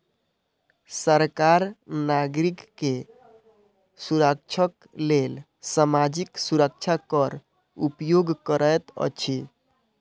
सरकार नागरिक के सुरक्षाक लेल सामाजिक सुरक्षा कर उपयोग करैत अछि